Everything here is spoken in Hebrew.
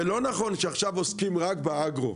זה לא נכון שעכשיו עוסקים רק באגרו.